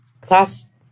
class